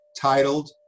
titled